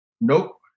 Nope